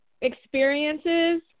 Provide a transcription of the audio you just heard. experiences